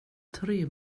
tre